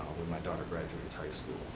when my daughter graduates high school.